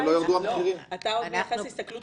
אתה עוד מייחס הסתכלות